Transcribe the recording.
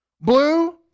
blue